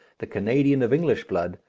the canadian of english blood,